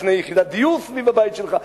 תבנה יחידת דיור סביב הבית שלך.